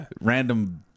random